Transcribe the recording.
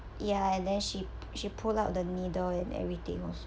ya then she she pull out the needle and everything was